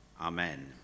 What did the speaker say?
Amen